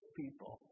people